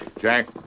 Jack